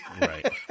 right